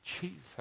Jesus